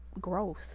growth